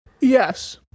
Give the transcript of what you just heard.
Yes